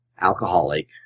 alcoholic